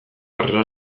harrera